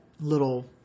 little